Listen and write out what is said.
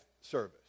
service